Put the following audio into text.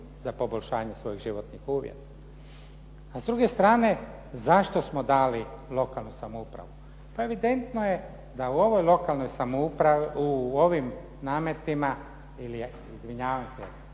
za poboljšanje svojih životnih uvjeta. A s druge strane, zašto smo dali lokalnu samoupravu? Pa evidentno je da u ovim nametima ili izvinjavam se